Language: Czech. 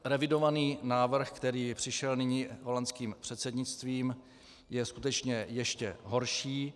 Revidovaný návrh, který přišel nyní pod holandským předsednictvím, je skutečně ještě horší.